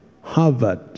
Harvard